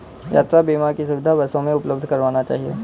यात्रा बीमा की सुविधा बसों भी उपलब्ध करवाना चहिये